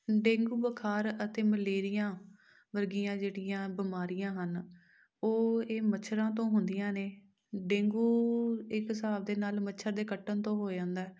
dengue ਬੁਖਾਰ ਅਤੇ malaria ਵਰਗੀਆਂ ਜਿਹੜੀਆਂ ਬਿਮਾਰੀਆਂ ਹਨ ਉਹ ਇਹ ਮੱਛਰਾਂ ਤੋਂ ਹੁੰਦੀਆਂ ਨੇ ਡੇਂਗੂ ਇੱਕ ਹਿਸਾਬ ਦੇ ਨਾਲ ਮੱਛਰ ਦੇ ਕੱਟਣ ਤੋਂ ਹੋ ਜਾਂਦਾ